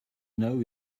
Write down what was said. know